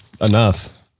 enough